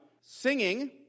singing